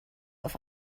auf